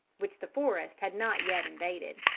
which the forest had not yet invaded.